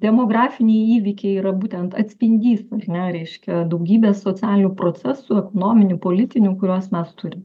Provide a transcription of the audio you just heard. demografiniai įvykiai yra būtent atspindys ar ne reiškia daugybės socialinių procesų ekonominių politinių kuriuos mes turim